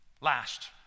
last